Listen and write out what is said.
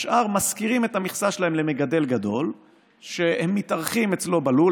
השאר משכירים את המכסה שלהם למגדל גדול שהם מתארחים אצלו בלול.